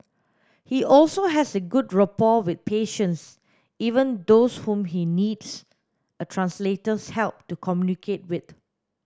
he also has a good rapport with patients even those whom he needs a translator's help to communicate with